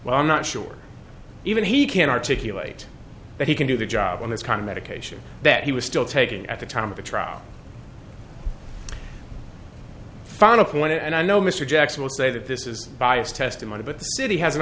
well i'm not sure even he can articulate that he can do the job on this kind of medication that he was still taking at the time of the trial final point and i know mr jackson will say that this is biased testimony but the city has an